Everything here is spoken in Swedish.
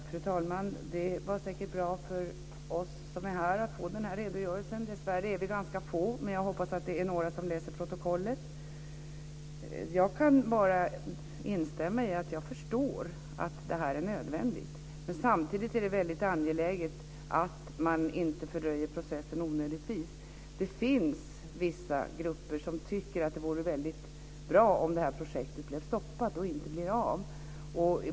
Fru talman! Det var säkert bra för oss som är här att få den här redogörelsen. Dessvärre är vi ganska få, men jag hoppas att det är några som läser protokollet. Jag kan bara instämma och säga att jag förstår att det här är nödvändigt. Men samtidigt är det väldigt angeläget att man inte fördröjer processen onödigtvis. Det finns vissa grupper som tycker att det vore väldigt bra om det här projektet stoppas och inte blir av.